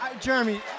Jeremy